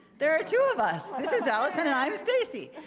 there are two of us. this is alison and i'm stacy.